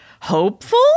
hopeful